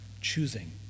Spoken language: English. choosing